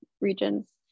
regions